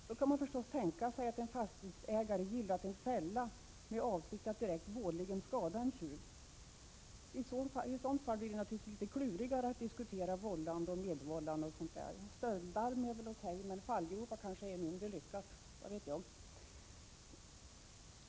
Då kan man förstås tänka sig att en fastighetsägare har gillrat en fälla med avsikt att direkt vådligen skada en tjuv. I sådana fall blir det naturligtvis litet klurigare att diskutera vållande och medvållande osv. Stöldlarm är okej, men fallgropar är kanske mindre lyckat.